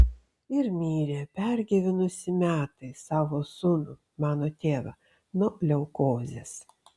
ir mirė pergyvenusi metais savo sūnų mano tėvą nuo leukozės